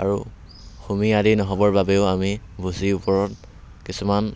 আৰু হুমি আদি নহ'বৰ বাবেও আমি ভুচিৰ ওপৰত কিছুমান